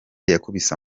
yakubise